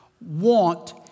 want